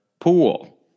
pool